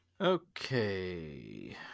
Okay